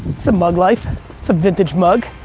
some mug life, it's a vintage mug.